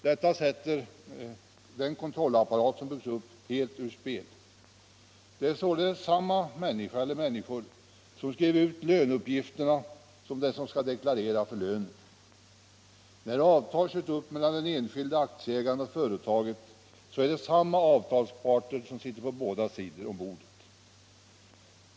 Detta sätter den kontrollapparat som byggts upp helt ur spel. Det är således samma människa eller människor som skriver ut löneuppgifterna som skall deklarera för lönen. När avtal görs upp mellan den enskilda aktieägaren och företaget är det samma avtalsparter som sitter på båda sidor om bordet.